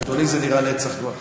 אדוני, זה נראה נצח כבר.